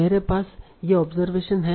मेरे पास ये ऑब्जरवेशन हैं